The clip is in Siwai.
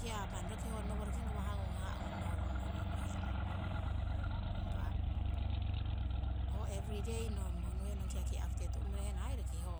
hia manni rokiho nowo roki nawahgung nonung mo unu unu henong. Impah hoeveryday ongmo unuhenng roki ho.